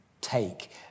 take